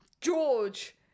George